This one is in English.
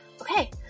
Okay